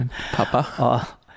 Papa